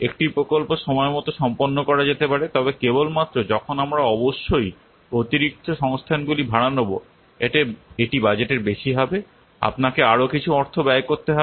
একটি প্রকল্প সময়মতো সম্পন্ন করা যেতে পারে তবে কেবলমাত্র যখন আমরা অবশ্যই অতিরিক্ত সংস্থানগুলি ভাড়া নেব এটি বাজেটের বেশি হবে আপনাকে আরও কিছু অর্থ ব্যয় করতে হবে